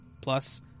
Plus